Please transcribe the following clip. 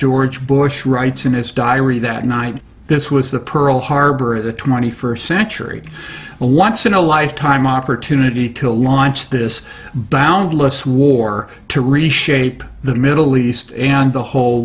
george bush writes in his diary that night this was the pearl harbor the twenty first century a once in a lifetime opportunity to launch this boundless war to reshape the middle east and the whole